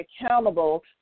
accountable